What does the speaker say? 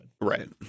Right